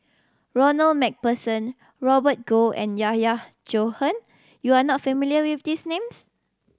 Ronald Macpherson Robert Goh and Yahya Cohen you are not familiar with these names